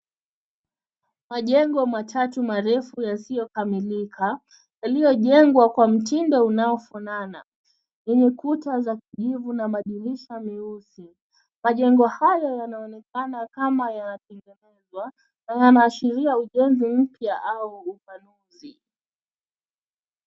Majengo matatu marefu yasiokamilika, yaliyojengwa kwa mtindo unaofanana, yenye kuta za kijivu na madirisha meusi. Majengo hayo yanaonekana kama yanatengenezwa na yanaashiria ujenzi mpya ama upanuzi.